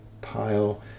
pile